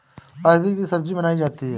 अरबी की सब्जी बनायीं जाती है